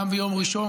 גם ביום ראשון,